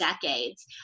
decades